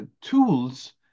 tools